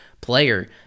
player